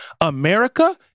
America